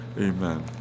Amen